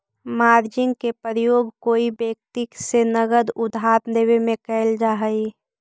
margin के प्रयोग कोई व्यक्ति से नगद उधार लेवे में कैल जा हई